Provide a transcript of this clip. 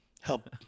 help